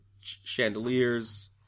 chandeliers